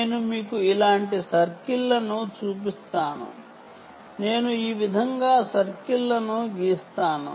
నేను మీకు ఇలాంటి సర్కిల్లను చూపిస్తాను నేను ఈ విధంగా సర్కిల్లను గీస్తాను